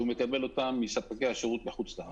שהוא מקבל אותם מספקי השירות בחוץ לארץ.